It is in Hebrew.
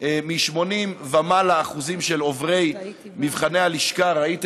מ-80% ומעלה של עוברי מבחני הלשכה, ראיתי.